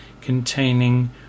containing